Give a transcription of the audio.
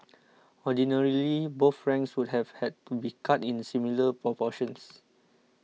ordinarily both ranks would have had to be cut in similar proportions